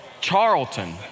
Charlton